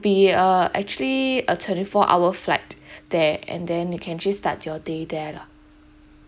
be uh actually a twenty four hour flight there and then you can just start your day there lah